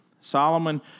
Solomon